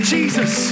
Jesus